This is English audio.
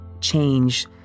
change